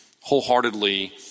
wholeheartedly